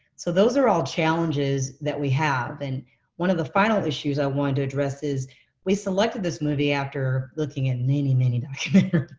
so those are all challenges that we have, and one of the final issues i wanted to address is we selected this movie after looking at many, many documentaries.